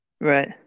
Right